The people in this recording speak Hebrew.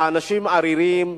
לאנשים עריריים,